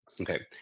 okay